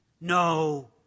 No